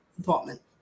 department